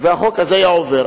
ואילו עבר,